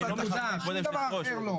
שום דבר אחר לא.